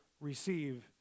receive